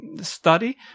study